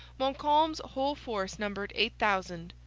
montcalm's whole force numbered eight thousand.